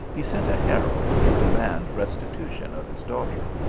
he sent a herald to demand restitution of his daughter.